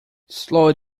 slow